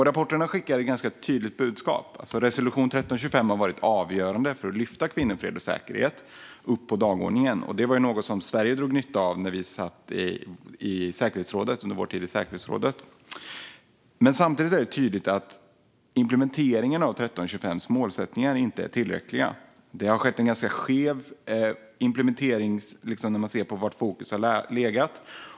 Rapporterna skickar ett ganska tydligt budskap: Resolution 1325 har varit avgörande för att lyfta upp kvinnor, fred och säkerhet på dagordningen. Det var något som vi i Sverige drog nytta av under vår tid i säkerhetsrådet. Samtidigt är det tydligt att implementeringen av 1325:s målsättningar inte är tillräcklig. Den som ser på var fokus har legat i implementeringen ser att det har varit ganska skevt.